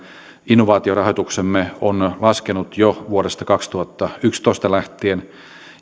innovaatiorahoituksemme on laskenut jo vuodesta kaksituhattayksitoista lähtien